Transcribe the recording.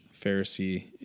Pharisee